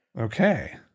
Okay